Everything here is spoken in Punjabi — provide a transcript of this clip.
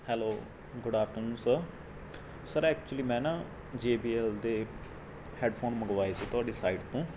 hello good afternoon sir sir actually ਮੈਂ ਨਾ ਜੇ ਬੀ ਐਲ ਦੇ ਹੈਡਫੋਨ ਮੰਗਵਾਏ ਸੀ ਤੁਹਾਡੀ ਸਾਈਟ ਤੋਂ